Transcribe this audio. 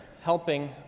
helping